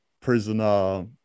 prisoner